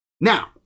Now